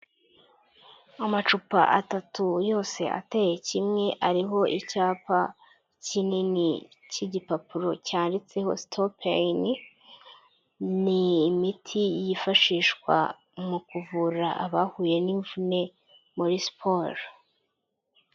Amacupa atatu yose ateye kimwe ariho icyapa kinini cy'igipapuro cyanditseho stopaini n'imiti yifashishwa mu kuvura abahuye n'imvune muri siporo.